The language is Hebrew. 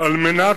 תודה רבה.